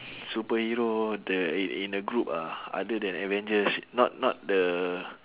superhero the in in a group ah other than avengers not not the